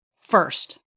first